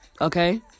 Okay